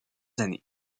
années